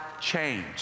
change